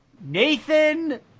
Nathan